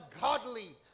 godly